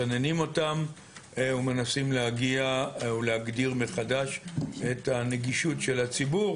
מסננים אותם ומנסים להגדיר מחדש את הנגישות של הציבור